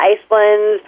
Iceland